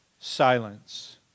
silence